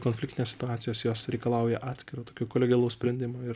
konfliktinės situacijos jos reikalauja atskiro tokio kolegialaus sprendimo ir